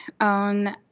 own